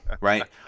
right